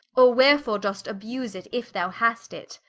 or wherefore doest abuse it, if thou hast it?